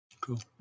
Cool